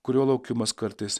kurio laukimas kartais